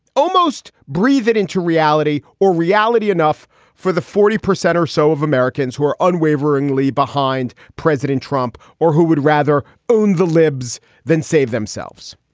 almost breathe it into reality or reality. enough for the forty percent or so of americans who are unwaveringly behind president trump or who would rather own the libs than save themselves.